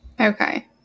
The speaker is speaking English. Okay